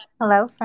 hello